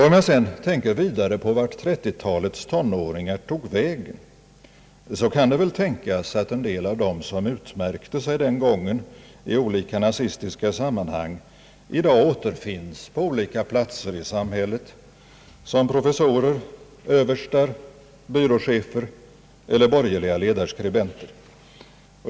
Om jag sedan tänker vidare på vart 1930-talets tonåringar tog vägen, så kan det väl antas att en del av dem som utmärkte sig den gången i nazistiska sammanhang i dag återfinns på olika platser i samhället — som professorer, överstar, byråchefer eller borgerliga ledarskribenter.